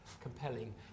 compelling